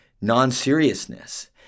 non-seriousness